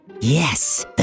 Yes